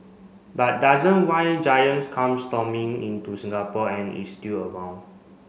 but doesn't why Giant comes stomping into Singapore and is still around